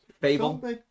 Fable